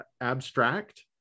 abstract